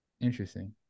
Interesting